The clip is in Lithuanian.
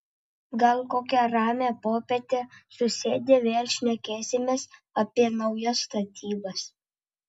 gal kokią ramią popietę susėdę vėl šnekėsimės apie naujas statybas